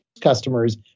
customers